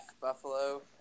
buffalo